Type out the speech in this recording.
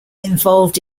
involved